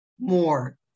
more